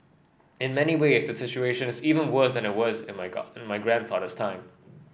in many ways the situation is even worse than it was in my in my grandfather's time